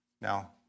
Now